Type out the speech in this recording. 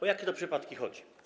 O jakie to przypadki chodzi?